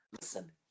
Listen